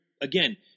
Again